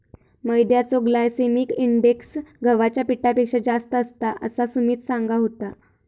मैद्याचो glycaemic index गव्हाच्या पिठापेक्षा जास्त असता, असा सुमित सांगा होतो